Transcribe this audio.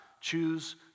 choose